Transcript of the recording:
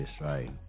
right